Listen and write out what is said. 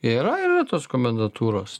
yra yra tos komendantūros